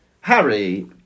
Harry